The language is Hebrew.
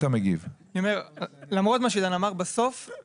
אני אומר את זה בפעם האלף: